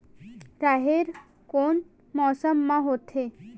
राहेर कोन मौसम मा होथे?